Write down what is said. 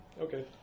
Okay